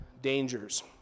dangers